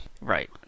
Right